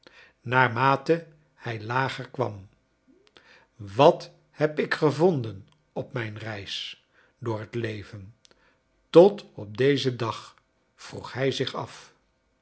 mate hij lager kwam wat heb ik gevonden op mijn reis door het leven tot op dezen dag vroeg hij zich af